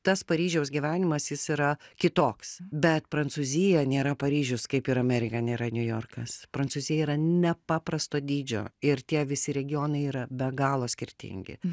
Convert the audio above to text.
tas paryžiaus gyvenimas jis yra kitoks bet prancūzija nėra paryžius kaip ir amerika nėra niujorkas prancūzija yra nepaprasto dydžio ir tie visi regionai yra be galo skirtingi